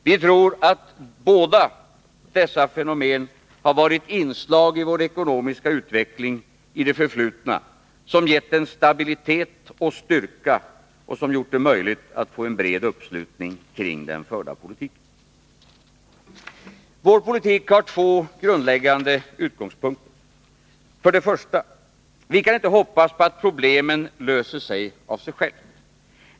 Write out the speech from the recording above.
Vi tror att båda dessa fenomen har varit inslag i vår ekonomiska utveckling i det förflutna, som gett den stabilitet och styrka och som gjort det möjligt att få en bred uppslutning kring den förda politiken. Vår politik har två grundläggande utgångspunkter. För det första kan vi inte hoppas på att problemen löser sig av sig själva.